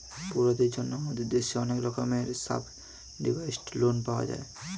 পড়ুয়াদের জন্য আমাদের দেশে অনেক রকমের সাবসিডাইস্ড্ লোন পাওয়া যায়